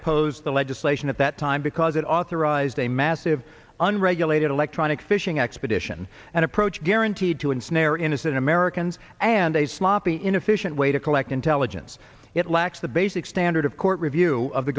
opposed the legislation at that time because it authorized a massive unregulated electronic fishing expedition and approached anted to ensnare innocent americans and a sloppy inefficient way to collect intelligence it lacks the basic standard of court review of the